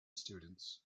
students